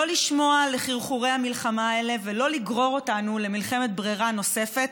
לא לשמוע לחרחורי המלחמה האלה ולא לגרור אותנו למלחמת ברירה נוספת,